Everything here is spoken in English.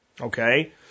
Okay